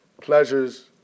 pleasures